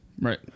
Right